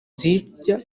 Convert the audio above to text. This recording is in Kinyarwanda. zijya